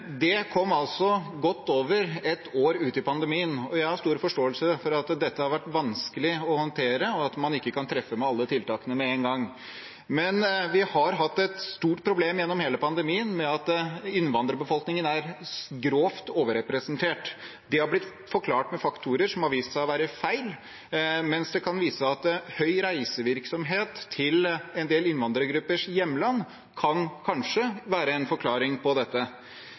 Det kom altså godt over et år ut i pandemien. Jeg har stor forståelse for at dette har vært vanskelig å håndtere, og at man ikke kan treffe med alle tiltakene med en gang, men vi har hatt et stort problem gjennom hele pandemien med at innvandrerbefolkningen er grovt overrepresentert. Det er blitt forklart med faktorer som har vist seg å være feil, men det kan vise seg at høy reisevirksomhet til en del innvandrergruppers hjemland kanskje kan være en forklaring på dette.